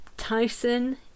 Tyson